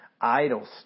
idols